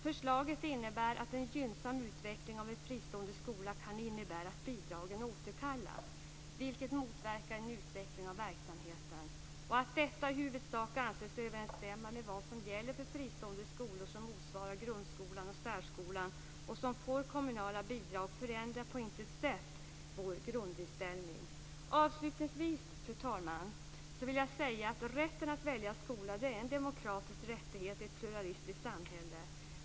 Förslaget innebär att en gynnsam utveckling av en fristående skola kan innebära att bidragen återkallas. Detta motverkar en utveckling av verksamheten. Att detta i huvudsak anses överensstämma med vad som gäller för fristående skolor som motsvarar grundskolan och särskolan och som får kommunala bidrag förändrar på intet sätt vår grundinställning. Avslutningsvis, fru talman, vill jag säga att rätten att välja skola är en demokratisk rättighet i ett pluralistisk samhälle.